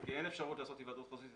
כי אין אפשרות לעשות היוועדות חזותית,